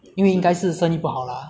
因为应该是生意不好 lah